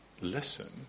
Listen